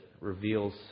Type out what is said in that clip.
reveals